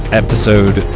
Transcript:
episode